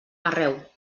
arreu